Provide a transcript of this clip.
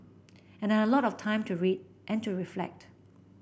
and I had a lot of time to read and to reflect